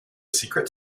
secret